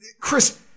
Chris